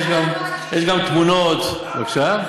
יש גם תמונות, בבקשה?